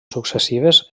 successives